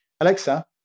Alexa